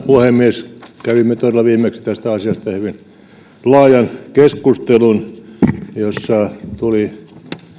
puhemies kävimme viimeksi tästä asiasta todella hyvin laajan keskustelun jossa tuli